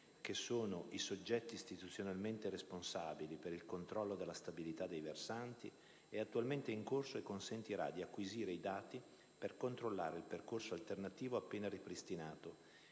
che sono i soggetti istituzionalmente responsabili per il controllo della stabilità dei versanti, è attualmente in corso e consentirà di acquisire i dati per controllare il percorso alternativo appena ripristinato